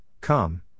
Come